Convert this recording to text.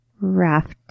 raft